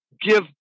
give